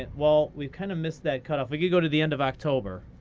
and well, we've kind of missed that cut-off. we could go to the end of october.